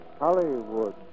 Hollywood